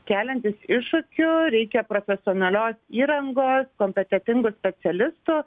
keliantis iššūkių reikia profesionalios įrangos kompetentingų specialistų